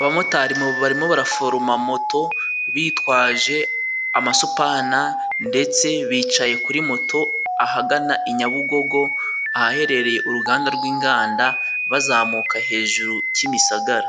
Abamotari barimo baraforoma moto bitwaje amasupana ndetse bicaye kuri moto ahagana i Nyabugogo ahaherereye uruganda rw'inganda, bazamuka hejuru Kimisagara.